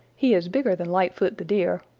he is bigger than lightfoot the deer,